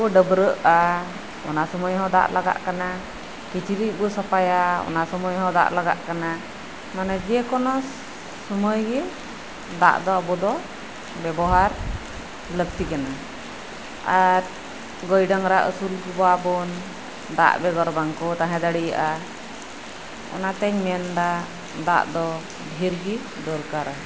ᱱᱚᱜ ᱚᱭ ᱡᱮᱵᱚᱱ ᱰᱟᱹᱵᱨᱟᱜᱼᱟ ᱚᱱᱟ ᱥᱚᱢᱚᱭ ᱦᱚᱸ ᱫᱟᱜ ᱞᱟᱜᱟᱜ ᱠᱟᱱᱟ ᱠᱤᱪᱨᱤᱪ ᱵᱚᱱ ᱥᱟᱯᱷᱟᱭᱟ ᱚᱱᱟ ᱥᱚᱢᱚᱭᱦᱚᱸ ᱫᱟᱜ ᱞᱟᱜᱟᱜ ᱠᱟᱱᱟ ᱢᱟᱱᱮ ᱡᱮᱠᱳᱱᱳ ᱥᱚᱢᱚᱭ ᱜᱮ ᱟᱵᱚ ᱫᱚ ᱫᱟᱜ ᱫᱚ ᱵᱮᱵᱱᱚᱦᱟᱨ ᱞᱟᱹᱠᱛᱤ ᱠᱟᱱᱟ ᱟᱨ ᱜᱟᱹᱭ ᱰᱟᱝᱨᱟ ᱟᱹᱥᱩᱞ ᱠᱚᱣᱟ ᱵᱚᱱ ᱫᱟᱜ ᱵᱮᱜᱚᱨ ᱵᱟᱝ ᱠᱚ ᱛᱟᱸᱦᱮ ᱫᱟᱲᱮᱭᱟᱜᱼᱟ ᱚᱱᱟᱛᱤᱧ ᱢᱮᱱᱫᱟ ᱫᱟᱜ ᱫᱚ ᱰᱷᱮᱨ ᱜᱮ ᱫᱚᱨᱠᱟᱨᱟ